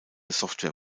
software